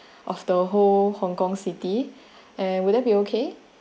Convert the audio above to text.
of the whole hong kong city and would that be okay